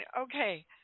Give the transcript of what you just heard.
okay